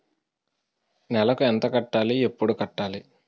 నెలకు ఎంత కట్టాలి? ఎప్పుడు కట్టాలి?